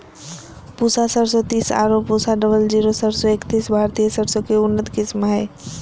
पूसा सरसों तीस आरो पूसा डबल जीरो सरसों एकतीस भारतीय सरसों के उन्नत किस्म हय